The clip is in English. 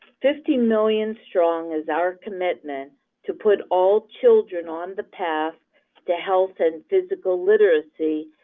fifty million strong is our commitment to put all children on the path to health and physical literacy,